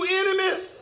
enemies